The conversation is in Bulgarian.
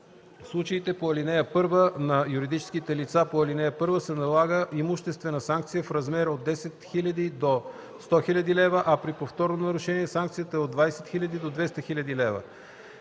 В случаите по ал. 1 на юридическите лица по ал. 1 се налага имуществена санкция в размер от 10 000 до 100 000 лв., а при повторно нарушение санкцията е от 20 000 до 200 000 лв.”